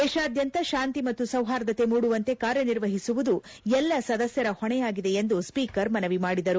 ದೇಶಾದ್ಯಂತ ಶಾಂತಿ ಮತ್ತು ಸೌಹಾರ್ದತೆ ಮೂಡುವಂತೆ ಕಾರ್ಯ ನಿರ್ವಹಿಸುವುದು ಎಲ್ಲ ಸದಸ್ಯರ ಹೊಣೆಯಾಗಿದೆ ಎಂದು ಸ್ಪೀಕರ್ ಮನವಿ ಮಾಡಿದರು